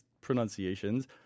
pronunciations